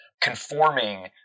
conforming